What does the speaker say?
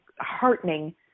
heartening